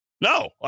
No